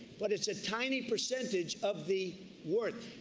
but it's a tiny percentage of the worth.